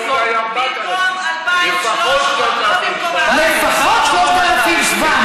היה 4,000. לפחות 3,700. לפחות 3,700,